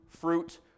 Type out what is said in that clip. fruit